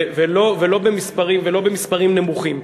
ולא במספרים נמוכים.